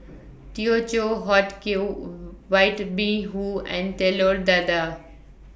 Teochew Huat Kueh White Bee Hoon and Telur Dadah